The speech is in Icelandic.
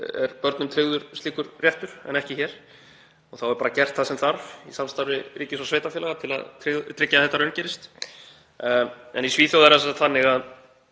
er börnum tryggður slíkur réttur en ekki hér og þá er bara gert það sem þarf í samstarfi ríkis og sveitarfélaga til að tryggja að þetta raungerist. En í Svíþjóð er það þannig að